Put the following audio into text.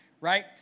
right